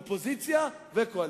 אופוזיציה וקואליציה.